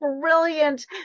brilliant